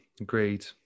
Agreed